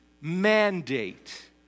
mandate